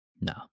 No